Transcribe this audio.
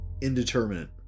Indeterminate